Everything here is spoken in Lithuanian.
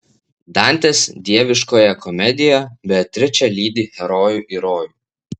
dantės dieviškoje komedijoje beatričė lydi herojų į rojų